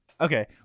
Okay